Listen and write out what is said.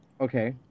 Okay